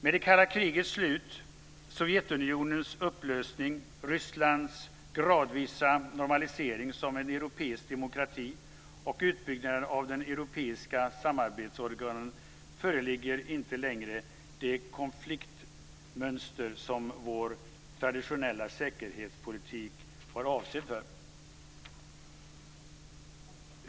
Med det kalla krigets slut, Sovjetunionens upplösning, Rysslands gradvisa normalisering som en europeisk demokrati och utbyggnaden av de europeiska samarbetsorganen föreligger inte längre det konfliktmönster som vår traditionella säkerhetspolitik var avsedd för.